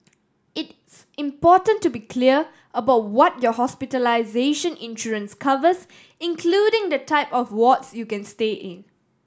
it important to be clear about what your hospitalization insurance covers including the type of wards you can stay in